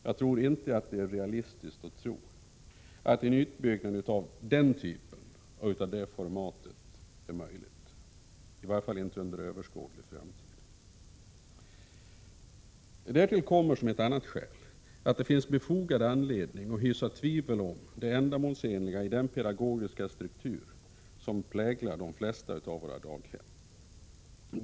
Det är knappast realistiskt att tro att en utbyggnad av detta format är möjlig, i varje fall inte under överskådlig framtid. Därtill kommer, som en annan viktig faktor, att det finns befogad anledning att hysa tvivel om det ändamålsenliga i den pedagogiska struktur som präglar de flesta av våra daghem.